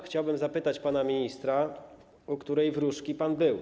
Chciałbym zapytać pana ministra, u której wróżki pan był.